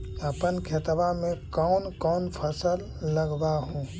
अपन खेतबा मे कौन कौन फसल लगबा हू?